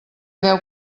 deu